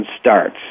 starts